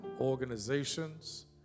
organizations